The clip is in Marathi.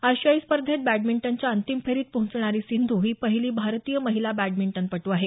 आशियाई स्पर्धेत बॅटमिंटनच्या अंतिम फेरीत पोहोचणारी सिंधू ही पहिली भारतीय बॅटमिंटनपटू आहे